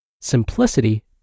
simplicity